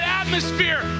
atmosphere